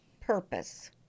purpose